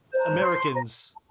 Americans